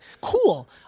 Cool